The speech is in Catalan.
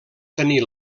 tenir